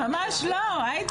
ממש לא, עאידה.